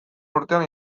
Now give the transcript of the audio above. urtean